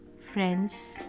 friends